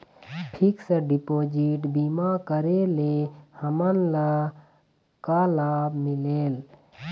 Fix deposit बीमा करे ले हमनला का लाभ मिलेल?